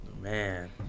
man